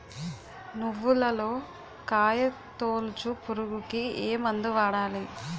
నువ్వులలో కాయ తోలుచు పురుగుకి ఏ మందు వాడాలి?